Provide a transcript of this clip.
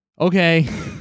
Okay